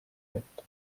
letto